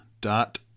dot